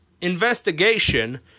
investigation